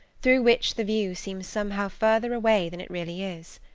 through which the view seems somehow further away than it really is.